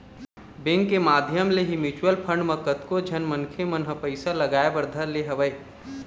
bank के माधियम ले ही म्यूचुवल फंड म कतको झन मनखे मन ह पइसा लगाय बर धर ले हवय